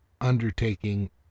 undertaking